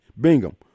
Bingham